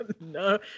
No